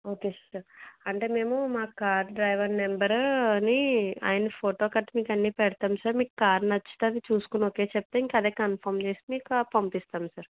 okay sir అంటే మేము మా కార్ డ్రైవర్ నంబరు అవీ ఆయన ఫోటోగట్టా మీకు అన్నీపెడతాం సార్ మీకు కార్ నచ్చితే అది చూసుకొని ఓకే చెప్తే ఇంకదే కన్ఫర్మ్ చేసి మీ కార్ పంపిస్తాము సార్